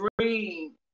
dream